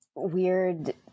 weird